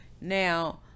now